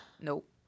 Nope